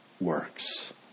works